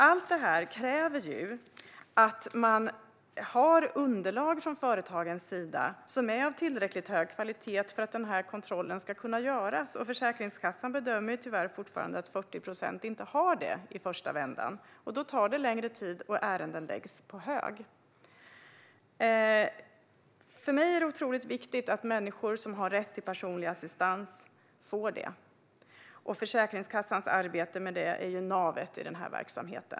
Allt detta kräver att man har underlag från företagen som är av tillräckligt hög kvalitet för att kontrollen ska kunna göras. Försäkringskassan bedömer att 40 procent tyvärr fortfarande inte har det i första vändan. Då tar det längre tid, och ärenden läggs på hög. För mig är det viktigt att människor som har rätt till personlig assistans får det. Försäkringskassans arbete med detta är navet i denna verksamhet.